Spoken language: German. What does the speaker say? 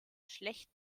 schlecht